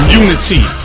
unity